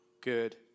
good